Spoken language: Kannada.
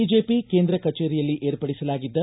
ಬಿಜೆಪಿ ಕೇಂದ್ರ ಕಚೇರಿಯಲ್ಲಿ ಏರ್ಪಡಿಸಲಾಗಿದ್ದ